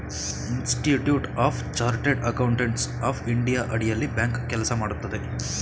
institute of chartered accountants of India ಅಡಿಯಲ್ಲಿ bank ಕೆಲಸ ಮಾಡುತ್ತದೆ